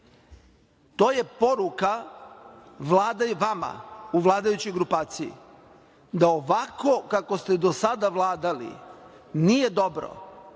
To je poruka vama u vladajućoj grupaciji da ovako kako ste do sada vladali nije dobro za